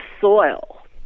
soil